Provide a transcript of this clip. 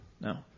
No